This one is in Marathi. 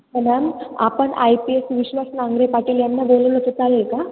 मॅम आपण I P S Vishwas Nangare Patil यांंना बोलवलं तर चालेल का